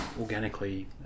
organically